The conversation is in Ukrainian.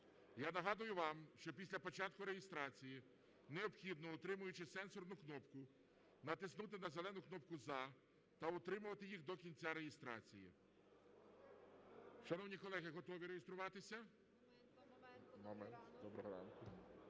Я нагадую вам, що після початку реєстрації необхідно, утримуючи сенсорну кнопку, натиснути на зелену кнопку "За" та утримувати їх до кінця реєстрації. Шановні колеги, готові реєструватися?